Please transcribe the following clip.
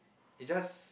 it just